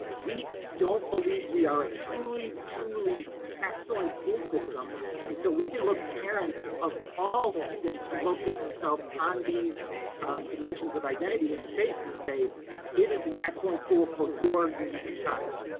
we don't believe we are a truly, truly excellent school system until we can look parents of all students who locate themselves on these dimensions of identity in the face and say it is an excellent school for your unique child.